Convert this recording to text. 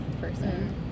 person